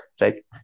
right